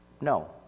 No